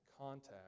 contact